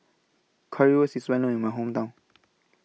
Currywurst IS Well known in My Hometown